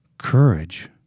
Courage